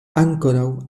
ankoraŭ